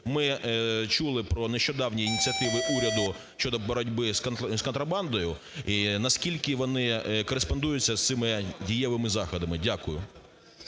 Ми чули про нещодавні ініціативи уряду щодо боротьби з контрабандою, і наскільки вони кореспондуються з цими дієвими заходами? Дякую.